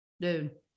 Dude